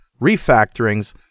refactorings